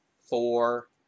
four